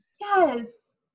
Yes